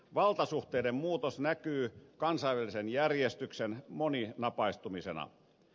valtasuhteiden muutos näkyy kansainvälisen järjestyksen moninapaistumisena